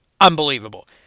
unbelievable